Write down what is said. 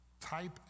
type